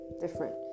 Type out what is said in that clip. different